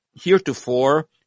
heretofore